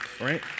right